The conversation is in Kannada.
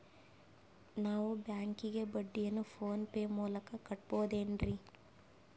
ನಾವು ಬ್ಯಾಂಕಿಗೆ ಬಡ್ಡಿಯನ್ನು ಫೋನ್ ಪೇ ಮೂಲಕ ಕಟ್ಟಬಹುದೇನ್ರಿ?